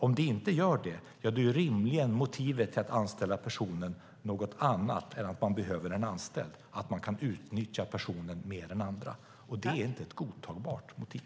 Om det inte gör det är motivet att anställa en person rimligen något annat än att man behöver en anställd, nämligen att man kan utnyttja denna person mer än andra - och det är inte ett godtagbart motiv.